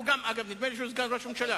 והוא, גם, אגב, נדמה לי שהוא סגן ראש הממשלה.